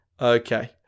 Okay